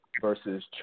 versus